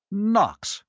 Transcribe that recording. knox!